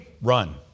run